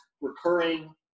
recurring